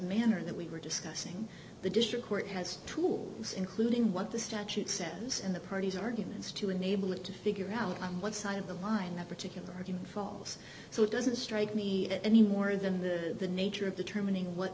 manner that we were discussing the district court has tools including what the statute says and the parties arguments to enable it to figure out on what side of the line that particular argument falls so it doesn't strike me any more than the nature of the terminator what